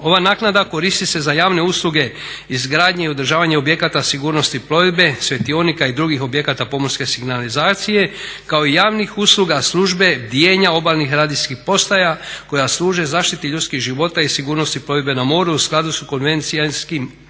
Ova naknada koristi se za javne usluge izgradnje i održavanje objekata sigurnosti plovidbe, svjetionika i drugih objekata pomorske signalizacije kao javnih usluga službe bdijenja obalnih radijskih postaja koja služe zaštiti ljudskih života i sigurnosti plovidbe na moru u skladu s konvencijskim vezama